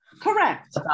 Correct